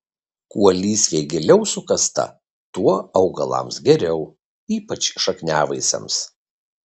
kuo lysvė giliau sukasta tuo augalams geriau ypač šakniavaisiams